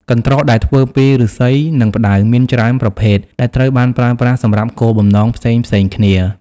កន្ត្រកដែលធ្វើពីឫស្សី និងផ្តៅមានច្រើនប្រភេទ ហើយត្រូវបានប្រើប្រាស់សម្រាប់គោលបំណងផ្សេងៗគ្នា។